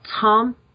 Tom